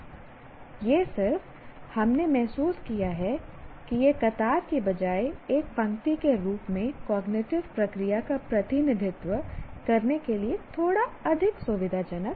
यह सिर्फ हमने महसूस किया है कि यह क़तार के बजाय एक पंक्ति के रूप में कॉग्निटिव प्रक्रिया का प्रतिनिधित्व करने के लिए थोड़ा अधिक सुविधाजनक है